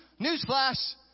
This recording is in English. newsflash